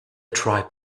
tribe